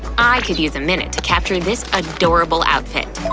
i could use a minute to capture this adorable outfit.